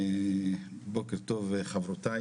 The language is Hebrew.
בוקר טוב חברותיי,